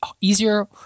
easier